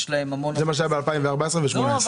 יש להם המון --- זה מה שהיה ב-2014 וב-2018.